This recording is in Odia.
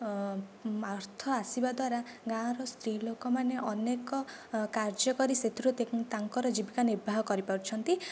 ଅର୍ଥ ଆସିବା ଦ୍ୱାରା ଗାଁର ସ୍ତ୍ରୀ ଲୋକମାନେ ଅନେକ କାର୍ଯ୍ୟ କରି ସେଥିରୁ ତାଙ୍କର ଜୀବିକା ନିର୍ବାହ କରିପାରୁଛନ୍ତି